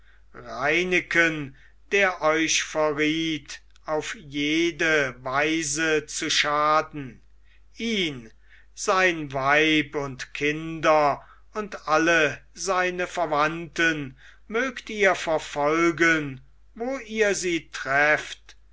reineken der euch verriet auf jede weise zu schaden ihn sein weib und kinder und alle seine verwandten mögt ihr verfolgen wo ihr sie trefft